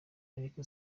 ariko